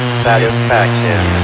satisfaction